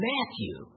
Matthew